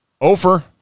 Ofer